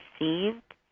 received